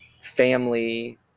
family